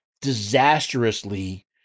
disastrously